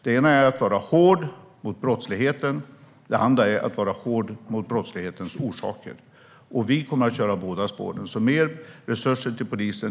Det ena är att vara hård mot brottsligheten. Det andra är att vara hård mot brottslighetens orsaker. Vi kommer att köra båda spåren. Ja, det handlar om mer resurser till polisen.